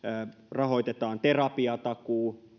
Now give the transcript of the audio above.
rahoitetaan terapiatakuu